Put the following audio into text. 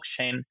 blockchain